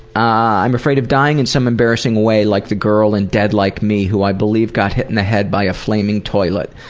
i'm afraid of dying in some embarrassing way like the girl in dead like me who i believe got hit in the head by a flaming toilet.